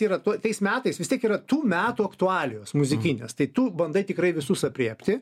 tai yra tuo tais metais vis tiek yra tų metų aktualijos muzikinės tai tu bandai tikrai visus aprėpti